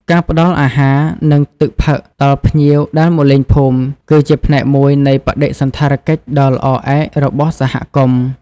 ការផ្តល់អាហារ និងទឹកផឹកដល់ភ្ញៀវដែលមកលេងភូមិ គឺជាផ្នែកមួយនៃបដិសណ្ឋារកិច្ចដ៏ល្អឯករបស់សហគមន៍។